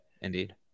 indeed